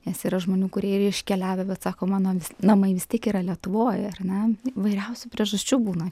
nes yra žmonių kurie ir iškeliavę bet sako mano namai vis tiek yra lietuvoj ar ne įvairiausių priežasčių būna